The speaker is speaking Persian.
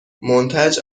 منتج